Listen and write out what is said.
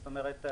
זאת אומרת,